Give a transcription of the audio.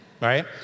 right